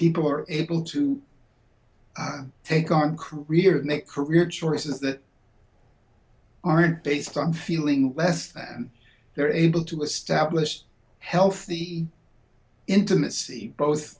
people are able to take our careers make career choices that aren't based on feeling less than they're able to establish healthy intimacy both